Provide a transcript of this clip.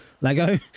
lego